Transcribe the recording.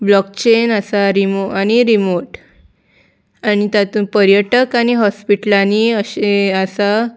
block chain आसा रिमो आनी रिमोट आनी तातूंत पर्यटक आनी हॉस्पिटलांनी अशें आसा